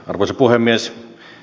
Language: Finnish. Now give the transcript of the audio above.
arvoisa puhemies